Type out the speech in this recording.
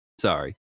sorry